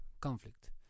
conflict